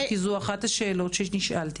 כי זו אחת השאלות שנשאלתי.